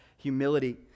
humility